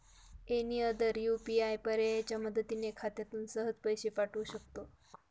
any other UPI पर्यायाच्या मदतीने खात्यातून सहज पैसे पाठवू शकतो